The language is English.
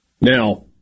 Now